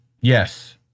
Yes